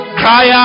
cry